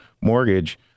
mortgage